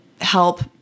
help